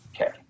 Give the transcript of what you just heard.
Okay